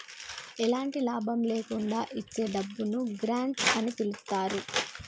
ఎలాంటి లాభం లేకుండా ఇచ్చే డబ్బును గ్రాంట్ అని పిలుత్తారు